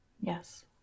Yes